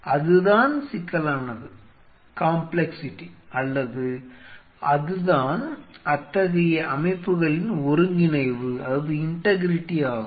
அதுதான் சிக்கலானது அல்லது அதுதான் அத்தகைய அமைப்புகளின் ஒருங்கிணைவு ஆகும்